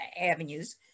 avenues